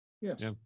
Yes